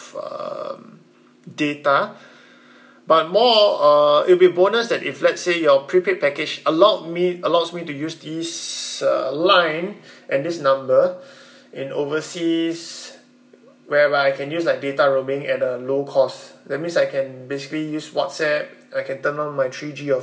um data but more uh it'll be bonus that if let's say your prepaid package allowed me allows me to use this uh line and this number in overseas whereby I can use like data roaming at a low cost that means I can basically use whatsapp I can turn on my three G or